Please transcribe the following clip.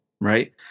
right